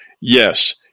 Yes